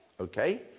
okay